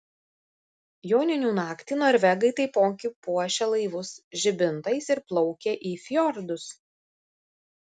joninių naktį norvegai taipogi puošia laivus žibintais ir plaukia į fjordus